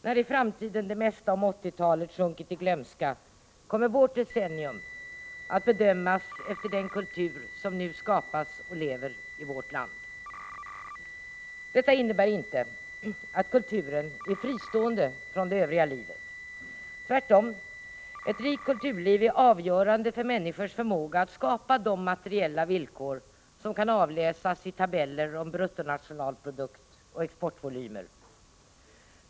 När i framtiden det mesta av 1980-talet sjunkit i glömska, kommer vårt decennium att bedömas efter den kultur som nu skapas och lever i vårt land. Detta innebär inte att kulturen är fristående från det övriga livet. Tvärtom — ett rikt kulturliv är avgörande för människors förmåga att skapa de materiella villkor som kan avläsas i tabeller om bruttonationalprodukt och exportvolymer.